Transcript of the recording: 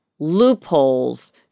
loopholes